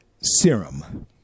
serum